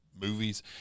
movies